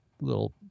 little